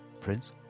Prince